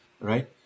right